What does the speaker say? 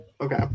Okay